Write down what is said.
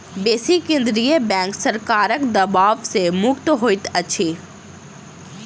बेसी केंद्रीय बैंक सरकारक दबाव सॅ मुक्त होइत अछि